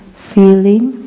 feeling,